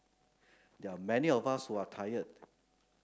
there are many of us who are tired